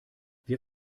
wir